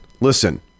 listen